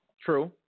True